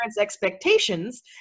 expectations